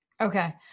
Okay